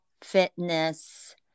fitness